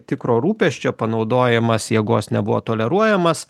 tikro rūpesčio panaudojimas jėgos nebuvo toleruojamas